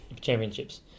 championships